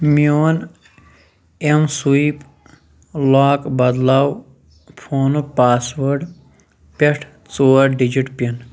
میون اٮ۪م swipe lock بدلاو فونُک پاس وٲڈ پٮ۪ٹھ ژور ڈِجِٹ پِن